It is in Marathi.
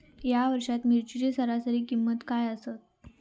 या वर्षात मिरचीची सरासरी किंमत काय आसा?